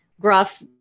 gruff